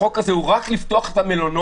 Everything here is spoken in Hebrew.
הצעת החוק הזאת היא רק לפתוח את המלונות,